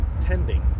tending